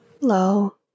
Hello